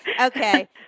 Okay